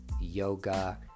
yoga